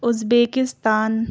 Uzbekistan